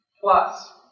plus